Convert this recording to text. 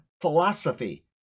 philosophy